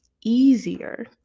easier